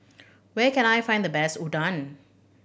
where can I find the best Udon